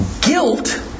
guilt